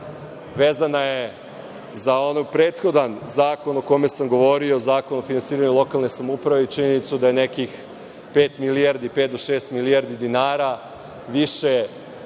Vezana je za onaj prethodni zakon o kome sam govorio, Zakon o finansiranju lokalne samouprave i činjenicu da nekih pet milijardi, pet do šest milijardi dinara više